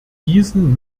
diesen